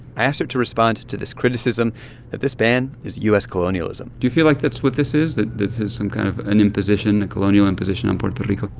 i asked to respond to to this criticism that this ban is u s. colonialism do you feel like that's what this is, that this is some kind of an imposition, a colonial imposition on puerto rico?